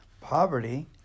poverty